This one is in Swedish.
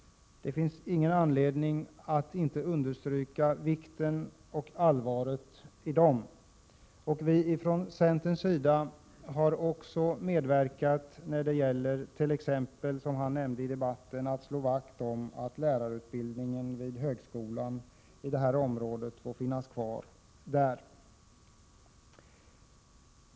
Det finns ingen anledning att inte understryka allvaret idem. Vi från centerns sida har också medverkat när det gäller t.ex., som han nämnde, att slå vakt om att lärarutbildningen vid högskolan i det här området får finnas kvar.